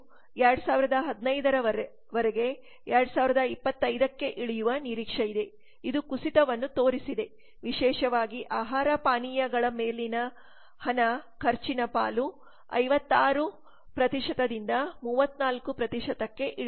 ಇದು 2015 ರವರೆಗೆ 2025 ಕ್ಕೆ ಇಳಿಯುವ ನಿರೀಕ್ಷೆಯಿದೆ ಇದು ಕುಸಿತವನ್ನು ತೋರಿಸಿದೆ ವಿಶೇಷವಾಗಿ ಆಹಾರ ಪಾನೀಯಗಳ ಮೇಲಿನ ಹಣ ಖರ್ಚಿನ ಪಾಲು 56 ರಿಂದ 34 ಕ್ಕೆ ಇಳಿದಿದೆ